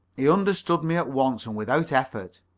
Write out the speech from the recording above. he understood me at once and without effort.